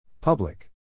Public